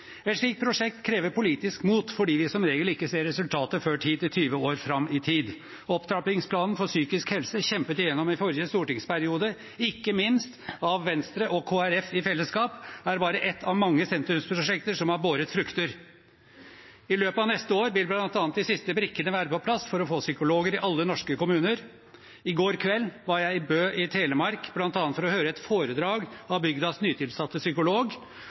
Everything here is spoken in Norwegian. Et slikt prosjekt krever politisk mot fordi vi som regel ikke ser resultater før 10–20 år fram i tid. Opptrappingsplanen for psykisk helse, kjempet igjennom i forrige stortingsperiode ikke minst av Venstre og Kristelig Folkeparti i fellesskap, er bare ett av mange sentrumsprosjekter som har båret frukter. I løpet av neste år vil bl.a. de siste brikkene være på plass for å få psykologer i alle norske kommuner. I går kveld var jeg i Bø i Telemark, bl.a. for å høre et foredrag av bygdas nytilsatte psykolog